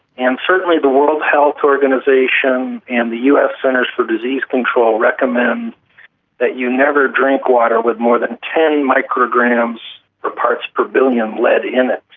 and certainly the world health organisation and the us centers for disease control recommend that you never drink water with more than ten micrograms per parts per billion lead in it.